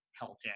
Hilton